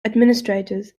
administrators